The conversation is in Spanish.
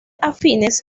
afines